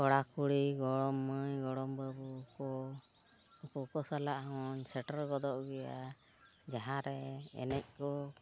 ᱠᱚᱲᱟ ᱠᱩᱲᱤ ᱜᱚᱲᱚᱢ ᱢᱟᱹᱭ ᱜᱚᱲᱚᱢ ᱵᱟᱹᱵᱩ ᱠᱚ ᱩᱱᱠᱩ ᱥᱟᱞᱟᱜ ᱦᱚᱸᱧ ᱥᱮᱴᱮᱨ ᱜᱚᱫᱚᱜ ᱜᱮᱭᱟ ᱡᱟᱦᱟᱸᱨᱮ ᱮᱱᱮᱡ ᱠᱚ